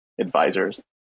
advisors